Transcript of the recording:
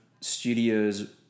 studios